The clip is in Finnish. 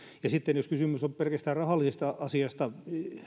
ja sitten jos kysymys on pelkästään rahallisesta asiasta